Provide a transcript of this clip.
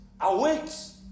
awakes